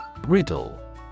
Riddle